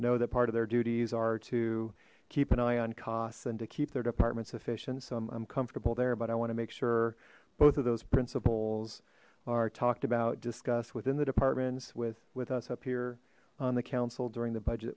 know that part of their duties are to keep an eye on costs and to keep their departments efficient so i'm comfortable there but i want to make sure both of those principles are talked about discussed within the departments with with us up here on the council during the budget